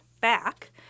back